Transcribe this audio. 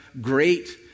great